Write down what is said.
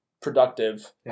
productive